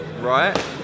right